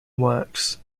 works